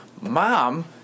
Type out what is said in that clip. mom